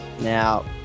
Now